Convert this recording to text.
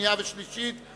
שנייה וקריאה שלישית.